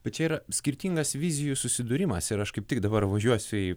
bet čia yra skirtingas vizijų susidūrimas ir aš kaip tik dabar važiuosiu į